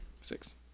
six